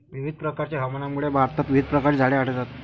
विविध प्रकारच्या हवामानामुळे भारतात विविध प्रकारची झाडे आढळतात